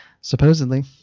Supposedly